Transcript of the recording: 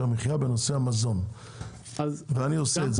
המחיה בנושא המזון ואני עושה את זה.